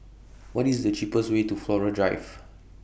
What IS The cheapest Way to Flora Drive